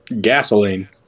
gasoline